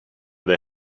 they